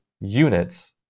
units